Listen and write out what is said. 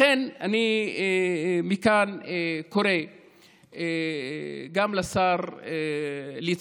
לכן, אני קורא מכאן גם לשר ליצמן,